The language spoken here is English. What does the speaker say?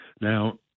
Now